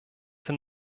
den